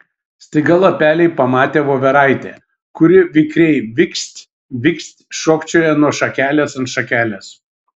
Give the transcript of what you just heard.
staiga lapeliai pamatė voveraitę kuri vikriai vikst vikst šokčioja nuo šakelės ant šakelės